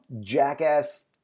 jackass